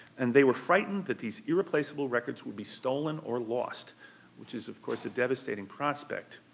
and they were frightened that these irreplaceable records would be stolen or lost which is of course a devastating prospect.